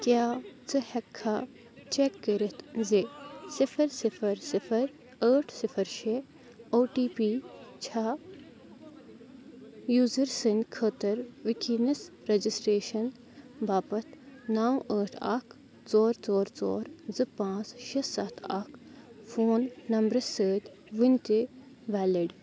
کیٛاہ ژٕ ہیٚککھا چیٚک کٔرِتھ زِ صِفر صِفر صِفر ٲٹھ صِفر شےٚ او ٹی پی چھا یوٗزر سٕنٛدِ خٲطٕر وٕنۍکینَس رجسٹریشن باپتھ نو ٲٹھ اکھ ژور ژور ژور زٕ پانٛژھ شےٚ سَتھ اکھ فون نمبرٕ سۭتۍ وٕنۍ تہِ ویلِڈ